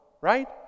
right